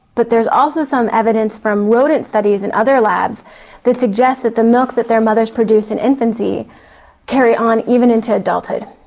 but there is also some evidence from rodent studies in other labs that suggests that the milk that their mothers produce in infancy carry on even into adulthood.